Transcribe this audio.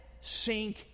sink